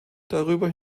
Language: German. darüber